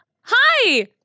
Hi